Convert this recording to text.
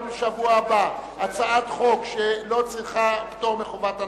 בשבוע הבא הצעת חוק שלא צריכה פטור מחובת הנחה,